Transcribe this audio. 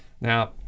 Now